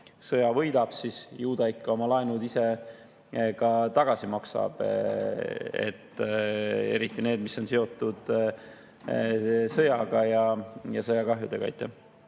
sõja võidab, siis ju ta ikka oma laenud ise tagasi maksab, eriti need, mis on seotud sõja ja sõjakahjudega. Aitäh!